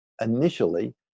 initially